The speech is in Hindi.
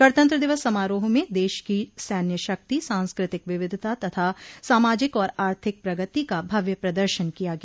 गणतंत्र दिवस समारोह में देश की सैन्य शक्ति सांस्कृतिक विविधता तथा सामाजिक और आर्थिक प्रगति का भव्य प्रदर्शन किया गया